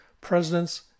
presidents